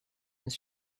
this